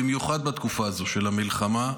במיוחד בתקופה הזו של המלחמה,